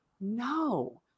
no